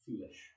foolish